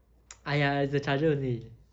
!aiya! it's the charger only